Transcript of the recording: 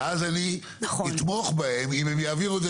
ואז אני אתמוך בהם אם הם יעבירו את זה